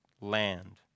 land